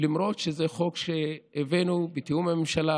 למרות שזה חוק שהבאנו בתיאום הממשלה,